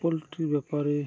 poultry ᱵᱮᱯᱟᱨᱤ